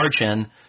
margin